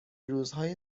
روزهای